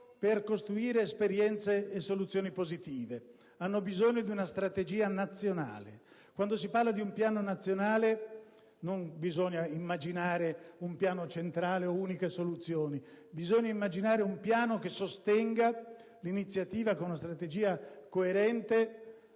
per costruire esperienze e soluzioni positive: hanno bisogno di una strategia nazionale. Quando si parla di un piano nazionale, non bisogna immaginare un piano centrale o soluzioni uniche, bensì un piano che sostenga, con una strategia coerente,